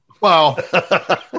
Wow